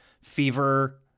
Fever